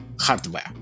hardware